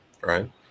right